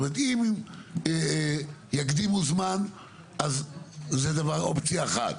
כלומר, אם יקדימו בזמן זאת אופציה אחת.